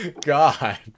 God